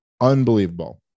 unbelievable